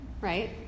right